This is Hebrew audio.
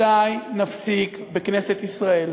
מתי נפסיק בכנסת ישראל,